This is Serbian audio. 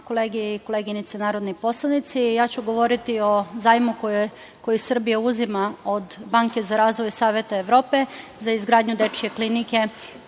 kolege i koleginice narodni poslanici, ja ću govoriti o zajmu koji Srbija uzima od Banke za razvoj Saveta Evrope za izgradnju Dečije klinike